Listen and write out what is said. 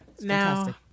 Now